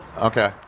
Okay